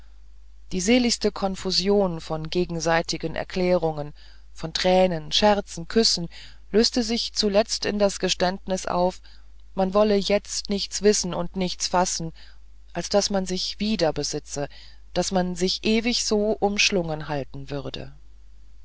die seligste konfusion von gegenseitigen erklärungen von tränen scherzen küssen löste sich zuletzt in das geständnis auf man wolle jetzt nichts wissen und nichts fassen als daß man sich wiederbesitze daß man sich ewig so umschlungen halten würde